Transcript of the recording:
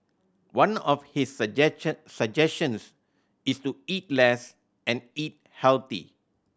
one of his suggestions is to eat less and eat health